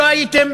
לא הייתם